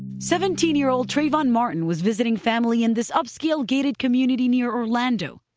seventeen-year-old trayvon martin was visiting family in this upscale gated community near orlando.